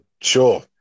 sure